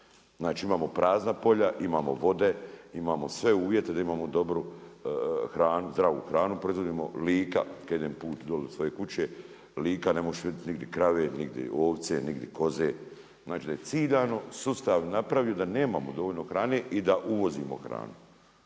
Znači imamo prazna polja, imamo vode, imamo sve uvjete da imamo dobru i zdravu hranu, proizvodimo. Lika kada idem put dolje svoje kuće, Lika ne moš vidjet nigdje krave, nigdje ovce, nigdje koze, znači da je ciljano sustav napravio da nemamo dovoljno hrane i da uvozimo hranu.